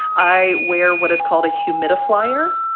i wear what is called a humidifier,